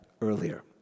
earlier